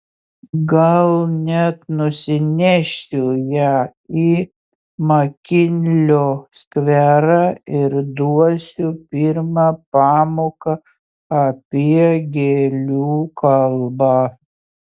gal net nusinešiu ją į makinlio skverą ir duosiu pirmą pamoką apie gėlių kalbą